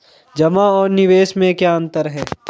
जमा और निवेश में क्या अंतर है?